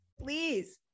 please